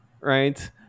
right